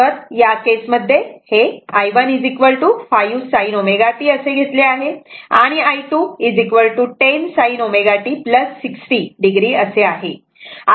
तर या केस मध्ये हे i1 5 sin ω t घेतले आहे आणि i2 10 sin ω t 60 o असे आहे